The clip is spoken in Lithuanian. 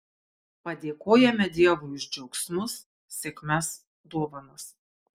padėkojame dievui už džiaugsmus sėkmes dovanas